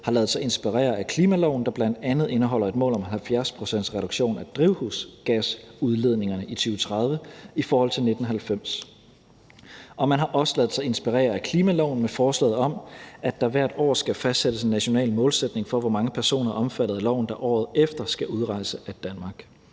har ladet sig inspirere af klimaloven, der bl.a. indeholder et mål om 70 pct. reduktion af drivhusgasudledningerne i 2030 i forhold til 1990. Man har også ladet sig inspirere af klimaloven med forslaget om, at der hvert år skal fastsættes en national målsætning for, hvor mange personer omfattet af loven der året efter skal udrejse af Danmark.